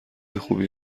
خوبی